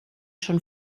schon